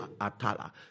Atala